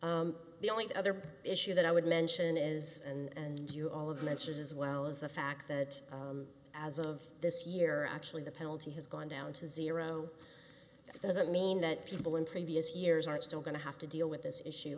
the only other issue that i would mention is and you all of my answers as well as the fact that as of this year actually the penalty has gone down to zero it doesn't mean that people in previous years are still going to have to deal with this issue